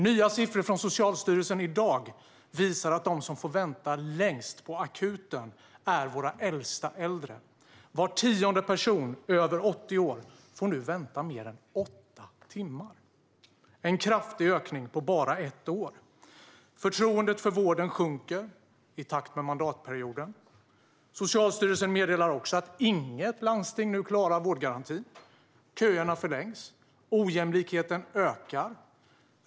Nya siffror från Socialstyrelsen i dag visar att de som får vänta längst på akuten är våra äldsta äldre. Var tionde person över 80 år får nu vänta mer än åtta timmar. Det är en kraftig ökning på bara ett år. Förtroendet för vården sjunker i takt med mandatperioden. Socialstyrelsen meddelar också att inget landsting klarar vårdgarantin. Köerna förlängs, och ojämlikheten ökar.